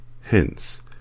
Hence